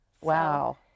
Wow